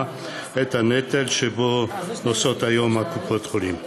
את הנטל שבו נושאת כל אחת מקופות-החולים.